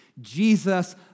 Jesus